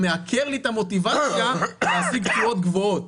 אתה מעקר לי את המוטיבציה להשיג תשואות גבוהות.